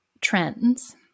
trends